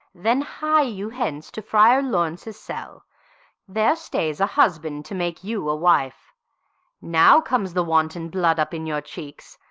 then hie you hence to friar lawrence' cell there stays a husband to make you a wife now comes the wanton blood up in your cheeks,